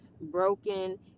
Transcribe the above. broken